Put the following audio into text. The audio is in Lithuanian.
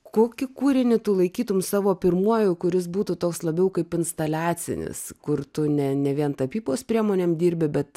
kokį kūrinį tu laikytum savo pirmuoju kuris būtų toks labiau kaip instaliacinis kur tu ne ne vien tapybos priemonėm dirbi bet